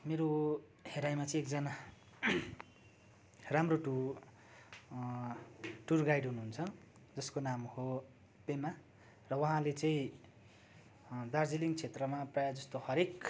मेरो हेराइमा चाहिँ एकजना राम्रो टुर टुर गाइड हुनु हुन्छ जसको नाम हो पेमा र उहाँले चाहिँ दार्जिलिङ क्षेत्रमा प्रायः जस्तो हरएक